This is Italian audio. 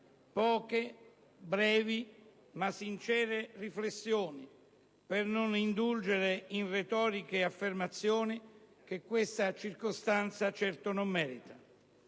poche, brevi, ma sincere riflessioni, per non indulgere in retoriche affermazioni, che questa circostanza certo non merita.